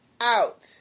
Out